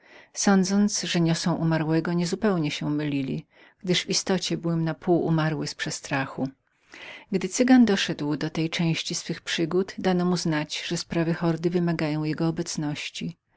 myśli że niosą umarłego jakoż nie zupełnie mylili się gdyż w istocie byłem na pół umarły z przestrachu gdy cygan doszedł do tej części swych przygód dano mu znać że sprawy hordy wymagały jego obecności